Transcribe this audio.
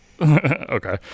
Okay